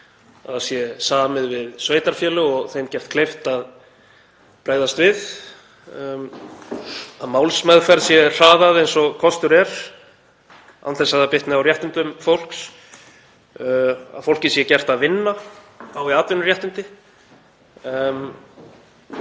að samið sé við sveitarfélög og þeim gert kleift að bregðast við, að málsmeðferð sé hraðað eins og kostur er án þess að það bitni á réttindum fólks, að fólki sé gert að vinna, fái atvinnuréttindi